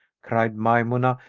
cried maymunah,